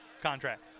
contract